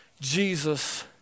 Jesus